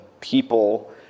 people